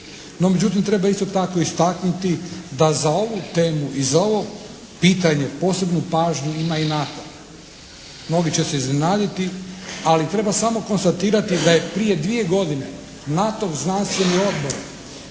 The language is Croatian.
No međutim treba isto tako istaknuti da za ovu temu i za ovo pitanje posebnu pažnju ima i NATO. Mnogi će se iznenaditi, ali treba samo konstatirati da je prije 2 godine NATO-ov znanstveni odbor